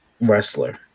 wrestler